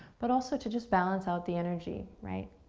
but also to just balance out the energy. right?